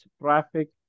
traffic